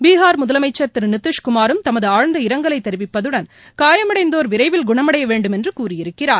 பீகா் முதலமைச்சா் திரு நிதிஷ்குமாரும் தமது ஆழ்நத இரங்கலை தெிவிப்பதுடன் காயமடைந்தோா் விரைவில ்குண்மடைய வேண்டும் என்று கூறியிருக்கிறார்